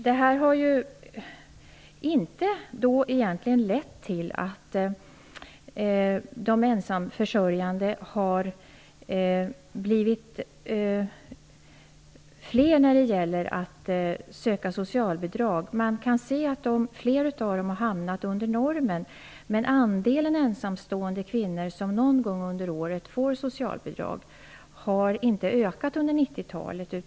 Detta har inte lett till att de ensamförsörjande har blivit fler när det gäller att söka socialbidrag. Man kan se att fler av dem har hamnat under normen, men andelen ensamstående kvinnor som någon gång under året har fått socialbidrag har inte ökat under 90-talet.